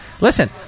Listen